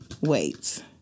wait